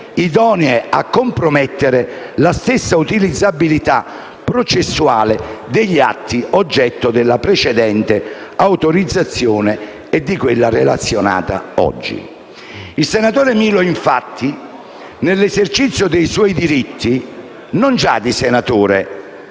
idonee a compromettere la stessa utilizzabilità processuale degli atti oggetto della precedente autorizzazione e di quella relazionata oggi. Il senatore Milo infatti, nell'esercizio dei suoi diritti non già di senatore